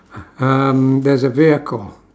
um there's a vehicle